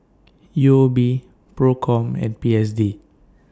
U O B PROCOM and P S D